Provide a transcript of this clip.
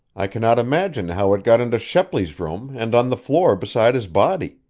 i cannot imagine how it got into shepley's room and on the floor beside his body.